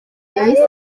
yahise